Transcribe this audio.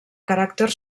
caràcter